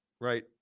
Right